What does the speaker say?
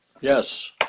Yes